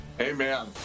Amen